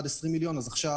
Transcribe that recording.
עד 20 מיליון אל"ף,